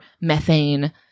methane